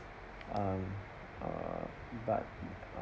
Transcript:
um err but